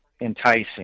enticing